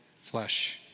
flesh